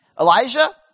Elijah